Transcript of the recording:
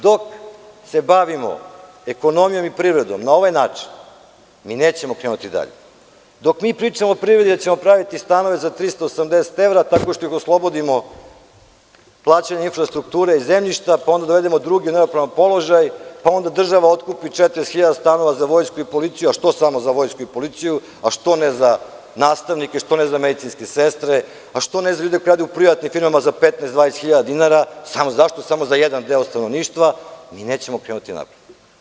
Dok se bavimo ekonomijom i privredom na ovaj način mi nećemo krenuti dalje, dok mi pričamo o privredi da ćemo praviti stanove za 380 evra tako što ih oslobodimo plaćanja infrastrukture i zemljišta, pa onda dovedemo druge u neravnopravan položaj, pa onda država otkupi 40.000 stanova za vojsku i policiju, a zašto samo za vojsku i policiju, a što ne za nastavnike, što ne za medicinske sestre, a što ne za ljude koji rade u privatnim firmama koji rade u privatnim firmama za 15, 20.000 dinara, zašto samo za jedan deo stanovništva, mi nećemo krenuti napred.